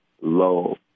low